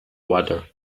water